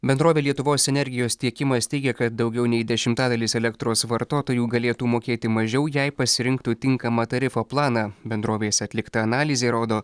bendrovė lietuvos energijos tiekimas teigia kad daugiau nei dešimtadalis elektros vartotojų galėtų mokėti mažiau jei pasirinktų tinkamą tarifo planą bendrovės atlikta analizė rodo